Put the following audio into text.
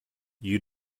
you